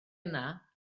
yna